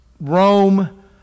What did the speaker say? Rome